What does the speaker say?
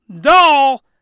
doll